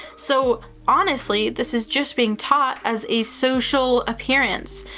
so, honestly, this is just being taught as a social appearance.